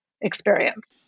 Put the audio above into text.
experience